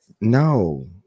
No